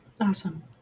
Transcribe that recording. Awesome